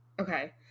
okay